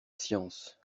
science